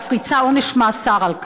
ואף ריצה עונש מאסר על כך,